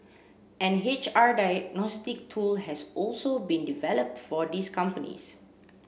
an H R diagnostic tool has also been developed for these companies